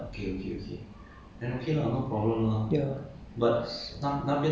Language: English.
oh I can use the space outside loh